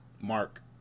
mark